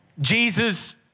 Jesus